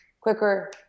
quicker